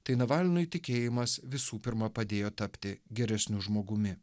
tai navalnui tikėjimas visų pirma padėjo tapti geresniu žmogumi